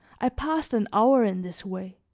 i passed an hour in this way,